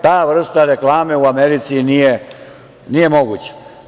Ta vrsta reklame u Americi nije moguća.